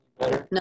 No